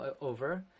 over